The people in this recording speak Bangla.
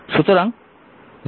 সুতরাং 0 থেকে 1